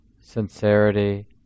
sincerity